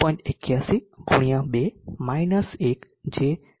81 ગુણ્યા 2 માઈનસ 1 જે 0